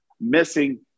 missing